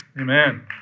Amen